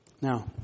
Now